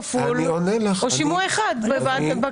האם זה שימוע כפול או שימוע אחד בכנסת?